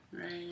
right